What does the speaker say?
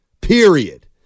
Period